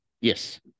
Yes